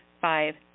five